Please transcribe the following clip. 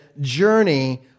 journey